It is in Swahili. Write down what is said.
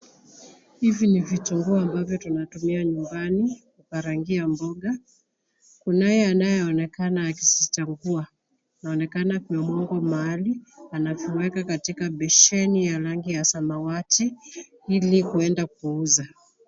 Hivi ni vitunguu ambavyo tunatumia nyumbani, kukarangia mboga. Kunaye anayeonekana akizichagua. Inaonekana vimemwagwa mahali anaviweka katika beseni ya rangi ya samawati ili kuenda kuuza.